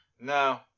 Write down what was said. No